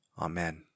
Amen